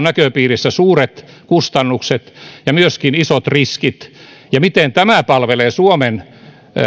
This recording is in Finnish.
näköpiirissä suuret kustannukset ja myöskin isot riskit ja miten tämä palvelee suomen